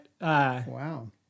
Wow